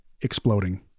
exploding